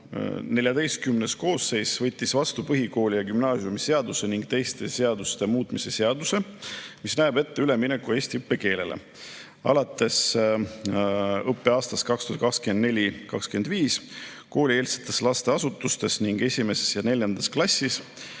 XIV koosseis võttis vastu põhikooli- ja gümnaasiumiseaduse ning teiste seaduste muutmise seaduse, mis näeb ette ülemineku eesti õppekeelele. Alates õppeaastast 2024/2025 on koolieelsetes lasteasutustes ning esimeses ja neljandas klassis